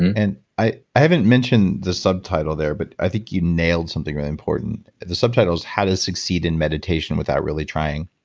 and i i haven't mentioned the subtitle there, but i think you nailed something really important. the subtitle is, how to succeed in meditation without really trying.